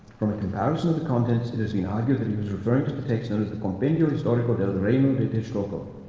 from a comparison of the contents, it has been argued that he was referring to the text known as the compendio historico del reino de texcoco